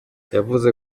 yavuze